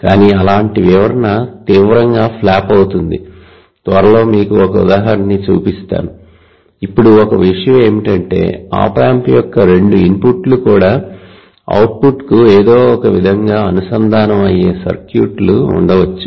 కానీ అలాంటి వివరణ తీవ్రంగా ఫ్లాప్ అవుతుంది త్వరలో మీకు ఒక ఉదాహరణ చూపిస్తాను ఇప్పుడు ఒక విషయం ఏమిటంటే ఆప్ ఆంప్ యొక్క రెండు ఇన్పుట్లు కూడా అవుట్పుట్కు ఏదో ఒక విధంగా అనుసంధానం అయ్యే సర్క్యూట్లు ఉండవచ్చు